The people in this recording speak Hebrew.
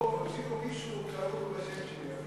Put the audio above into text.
לא, הוציאו מישהו, קראו לו בשם שלי.